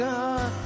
God